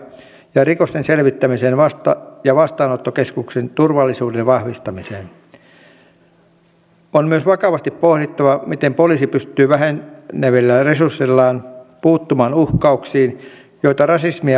olivatpa ne oppositiosta tai ihan mistä tahansa jos ne ovat fiksuja ehdotuksia työllistymisen edistämiseksi niin minusta hallituksella on velvollisuus jokainen ehdotus ottaa vakavasti ja tutkia voitaisiinko niin edetä